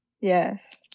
Yes